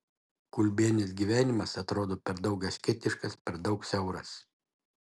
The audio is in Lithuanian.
kulbienės gyvenimas atrodo per daug asketiškas per daug siauras